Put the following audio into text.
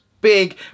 big